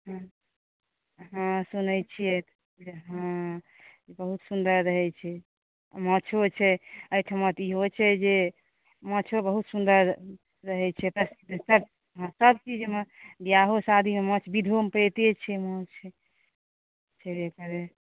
हॅं सुनै छियै हॅं बहुत सुन्दर रहै छै माछो छै एहिठमा इहो छै जे माछो बहुत सुन्दर रहै छै सभ चीज सभ चीजमे विवाहो शादीमे विधो सभमे माछ छैबे करै